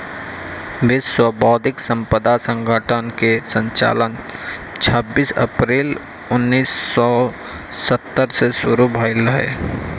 विश्व बौद्धिक संपदा संगठन कअ संचालन छबीस अप्रैल उन्नीस सौ सत्तर से शुरू भयल रहे